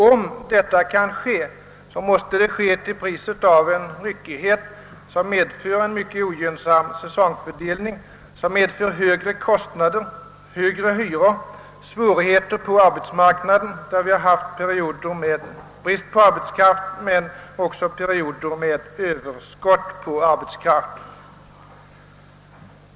Om det kan ske, måste det ske till priset av en ryckighet som medför en mycket ogynnsam säsongfördelning, vilken i sin tur medför högre kostnader, högre hyror och svårigheter på arbetsmarknaden, där vi haft perioder med brist på arbetskraft men också perioder med överskott på arbetskraft.